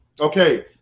Okay